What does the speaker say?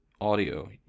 audio